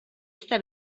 està